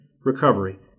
recovery